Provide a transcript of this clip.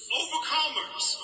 overcomers